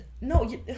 No